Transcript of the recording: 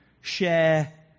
share